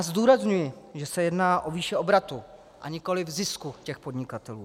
Zdůrazňuji, že se jedná o výši obratu, a nikoli zisku těch podnikatelů.